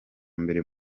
mbere